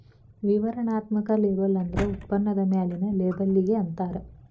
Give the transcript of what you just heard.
ವಿವರಣಾತ್ಮಕ ಲೇಬಲ್ ಅಂದ್ರ ಉತ್ಪನ್ನದ ಮ್ಯಾಲಿನ್ ಲೇಬಲ್ಲಿಗಿ ಅಂತಾರ